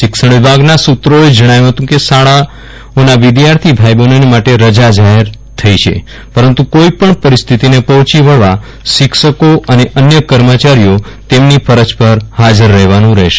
શિક્ષણ વિભાગના સુત્રોએ જણાવ્યુ હતું કે શાળાઓના વિધાર્થી ભાઈ બહેનો માટે રજા જાહેર થઈ છે પરંતુ કોઈપણ પરિસ્થિતિને પર્ણેચી વળવા શિક્ષકો અને અન્ય કર્મચારીઓ તેમની ફરજ પર ફાજર રફેવાનું રફેશે